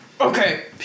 Okay